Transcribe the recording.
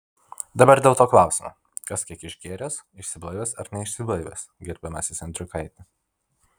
dabar dėl to klausimo kas kiek išgėręs išsiblaivęs ar neišsiblaivęs gerbiamasis endriukaiti